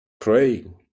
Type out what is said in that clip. praying